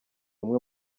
umwe